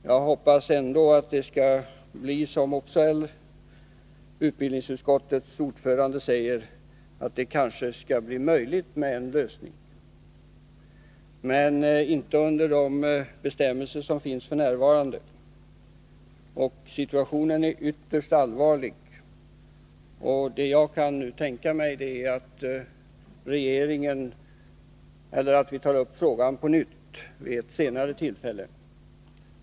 Jag hoppas ändå att det, som utbildningsutskottets ordförande säger, kanske skall bli möjligt med en lösning men inte enligt de bestämmelser som finns f. n. Situationen är ytterst allvarlig, och det jag nu kan tänka mig är att vi tar upp frågan på nytt vid ett senare tillfälle.